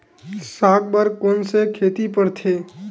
साग बर कोन से खेती परथे?